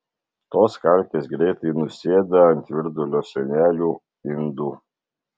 tos kalkės greitai nusėda ant virdulio sienelių indų